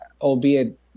albeit